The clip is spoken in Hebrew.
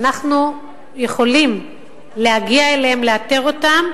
אנחנו יכולים להגיע אליהם, לאתר אותם,